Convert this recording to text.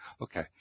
Okay